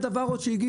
לשר, לא היה דבר כזה.